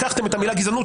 לקחתם את המילה "גזענות",